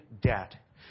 debt